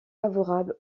favorables